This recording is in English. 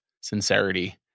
sincerity